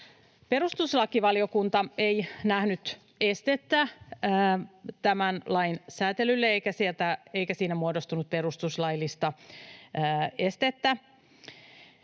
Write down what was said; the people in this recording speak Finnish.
Perustuslakivaliokunta ei nähnyt estettä tämän lain säätelylle, eikä siinä muodostunut perustuslaillista estettä.